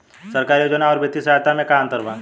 सरकारी योजना आउर वित्तीय सहायता के में का अंतर बा?